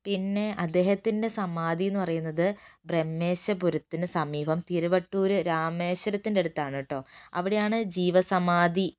പിന്നെ അദ്ദേഹത്തിൻ്റെ സമാധീ എന്ന് പറയുന്നത് ബ്രഹ്മേശപുരത്തിന് സമീപം തിരുവട്ടൂര് രാമേശ്വരത്തിനടുത്താണ് കെട്ടോ അവിടെയാണ് ജീവസമാധി